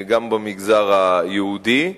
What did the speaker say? גם במגזר היהודי,